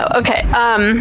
okay